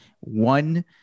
one